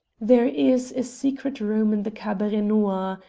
there is a secret room in the cabaret noir,